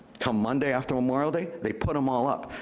come monday after memorial day, they put them all up.